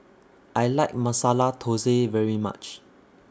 I like Masala Thosai very much